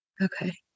okay